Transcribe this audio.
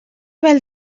mel